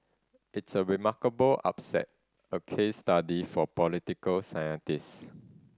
it's a remarkable upset a case study for political scientists